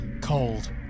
cold